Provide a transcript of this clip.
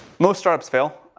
most startups fail